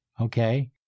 Okay